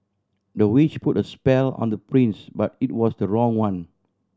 the witch put a spell on the prince but it was the wrong one